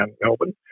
Melbourne